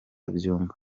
byumba